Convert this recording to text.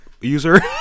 user